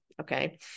Okay